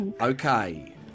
Okay